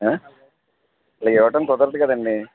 ఇలాగ ఇవ్వటం కుదరదు కదండి